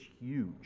huge